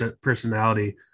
personality